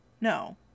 No